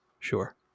Sure